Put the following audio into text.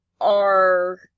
are-